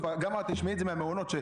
תשמעי את זה מהמעונות,